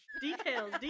Details